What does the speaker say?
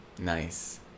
Nice